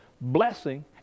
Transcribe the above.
blessing